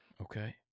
Okay